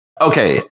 Okay